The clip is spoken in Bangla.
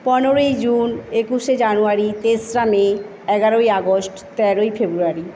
পনেরোই জুন একুশে জানুয়ারি তেসরা মে এগারোই আগস্ট তেরোই ফেব্রুয়ারি